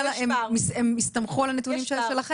הם הסתמכו על הנתונים שלכם.